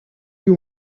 you